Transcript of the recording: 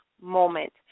moment